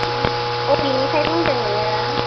बबेनिफ्राय बुंदों नोङो